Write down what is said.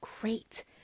great